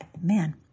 man